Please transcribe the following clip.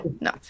No